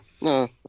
No